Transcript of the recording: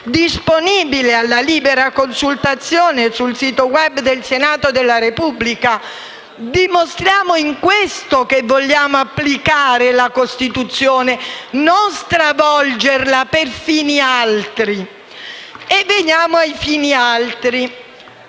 disponibile alla libera consultazione sul sito *web* del Senato della Repubblica. Dimostriamo in questo che vogliamo applicare la Costituzione e non stravolgerla per fini altri. E veniamo ai fini altri.